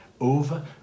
over